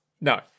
no